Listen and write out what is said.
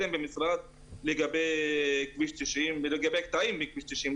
במשרד לגבי כביש 90 ולגבי קטעים בכביש 90,